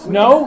no